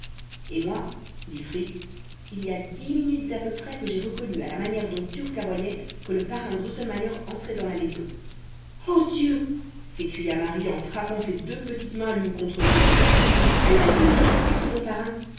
et moi dit fritz il y a dix minutes à peu près que j'ai reconnu à la manière dont turc aboyait que le parrain drosselmayer entrait dans la maison ô dieu s'écria marie en frappant ses deux petites mains l'une contre l'autre que va-t-il nous apporter ce bon parrain